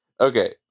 Okay